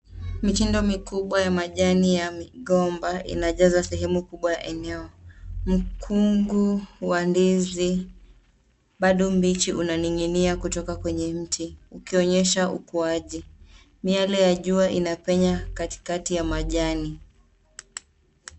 Mitindo mikubwa ya majani ya migomba inajaza sehemu kubwa ya eneo. Mkungu wa ndizi baado mbichi unaning'inia kutoka kwenye mti ukionyesha ukuaji. Miale ya jua inapenya katikati ya majani.